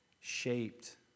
shaped